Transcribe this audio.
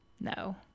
no